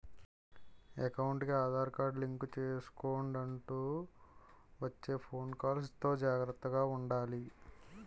ఎకౌంటుకి Aadhaar card link చేసుకొండంటూ వచ్చే ఫోను కాల్స్ తో జాగర్తగా ఉండాలి